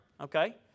okay